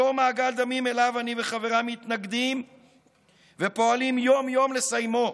אותו מעגל דמים שאליו אני וחבריי מתנגדים ופועלים יום-יום לסיימו.